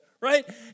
right